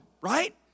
right